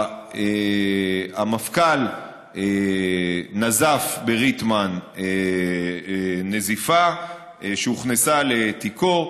המפכ"ל נזף בריטמן נזיפה שהוכנסה לתיקו.